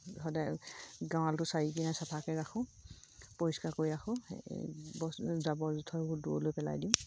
সদায় গঁৰালটো চাৰিও পিনে চফাকৈ ৰাখোঁ পৰিষ্কাৰ কৰি ৰাখোঁ জাবৰ জোঁথৰবোৰ দূৰলৈ পেলাই দিওঁ